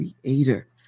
creator